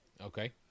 Okay